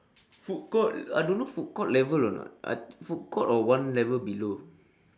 food court I don't know food court level or not I food court or one level below